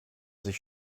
sich